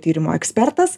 tyrimo ekspertas